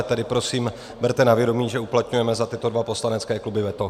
Tedy prosím, berte na vědomí, že uplatňujeme za tyto dva poslanecké kluby veto.